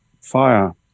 fire